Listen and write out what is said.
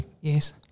Yes